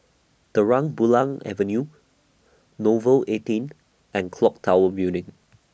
Terang Bulan Avenue Nouvel eighteen and Clock Tower Building